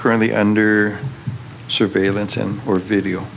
currently under surveillance and or video